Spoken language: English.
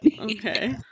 okay